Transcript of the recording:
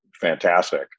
fantastic